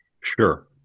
Sure